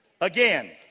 again